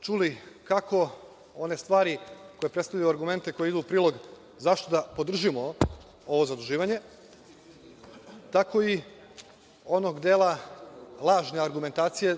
čuli kako one stvari koje predstavljaju argumente koji idu u prilog zašto da držimo ovo zaduživanje, tako i onog dela lažne argumentacije